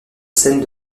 scène